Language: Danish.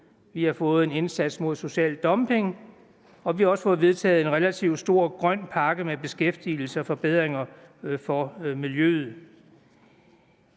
Vi har fået en indsats mod social dumping. Og vi har også fået vedtaget en relativt stor grøn pakke med beskæftigelse og forbedringer for miljøet.